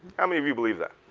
how many of you believe that?